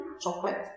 Chocolate